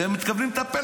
והם מתכוונים לטפל